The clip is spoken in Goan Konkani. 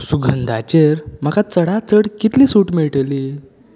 सुगंधांचेर म्हाका चडांत चड कितली सूट मेळटली